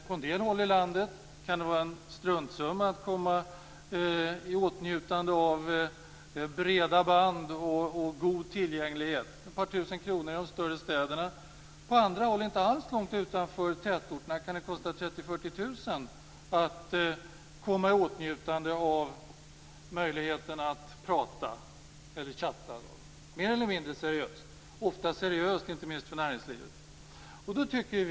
På en del håll i landet kan det kosta en struntsumma att komma i åtnjutande av breda band och en god tillgänglighet. I de större städerna kan det kosta ett par tusen kronor. På andra håll, inte alls långt utanför tätorterna, kan det kosta 30 000-40 000 kr att komma i åtnjutande av möjligheterna att chatta mer eller mindre seriöst. Inte minst vad gäller näringslivet sker det ofta seriöst.